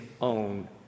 own